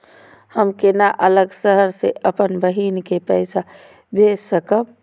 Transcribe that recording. हम केना अलग शहर से अपन बहिन के पैसा भेज सकब?